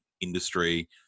industry